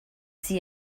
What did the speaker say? sie